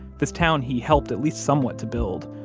this town he helped at least somewhat to build,